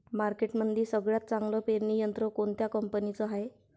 मार्केटमंदी सगळ्यात चांगलं पेरणी यंत्र कोनत्या कंपनीचं हाये?